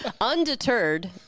Undeterred